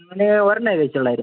ഞാന് ഒരണ്ണമേ കഴിച്ചുള്ളുവായിരുന്നു